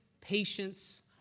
patience